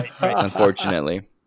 Unfortunately